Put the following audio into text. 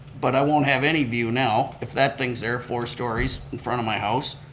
but i won't have any view now, if that thing's there, four stories, in front of my house.